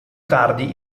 tardi